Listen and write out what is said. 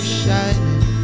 shining